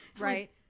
right